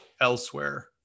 elsewhere